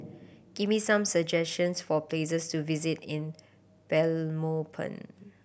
give me some suggestions for places to visit in Belmopan